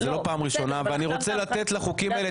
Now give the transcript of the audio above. למה?